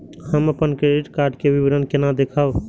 हम अपन credit card के विवरण केना देखब?